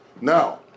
Now